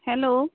hello